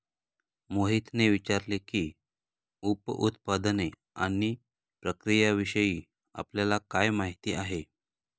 मोहितने विचारले की, उप उत्पादने आणि प्रक्रियाविषयी आपल्याला काय माहिती आहे?